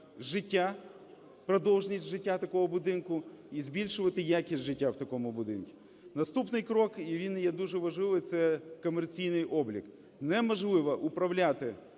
життя, продовженість життя такого будинку і збільшувати якість життя в такому будинку. Наступний крок, і він є дуже важливий, – це комерційний облік. Неможливо управляти